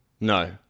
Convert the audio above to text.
No